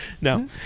No